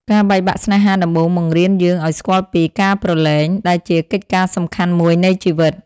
ការបែកបាក់ស្នេហាដំបូងបង្រៀនយើងឱ្យស្គាល់ពី "ការព្រលែង"ដែលជាកិច្ចការសំខាន់មួយនៃជីវិត។